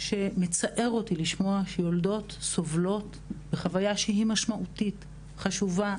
שמצער אותי לשמוע שיולדות סובלות בחוויה שהיא משמעותית וחשובה.